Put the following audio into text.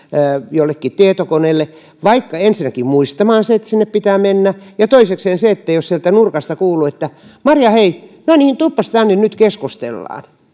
jollekin tietokoneelle vaikka ensinnäkin muistamaan sen että sinne pitää mennä ja toisekseen jos sieltä nurkasta kuuluu marja hei no niin tulepas tänne nyt keskustellaan